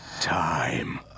time